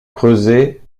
creusé